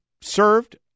served